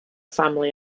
family